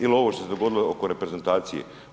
Ili ovo što se dogodilo oko reprezentacije.